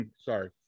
Sorry